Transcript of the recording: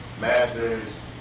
Masters